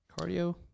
Cardio